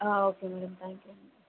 okay నండి thank you